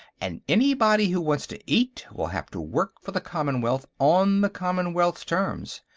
and anybody who wants to eat will have to work for the commonwealth on the commonwealth's terms.